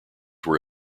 were